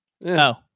No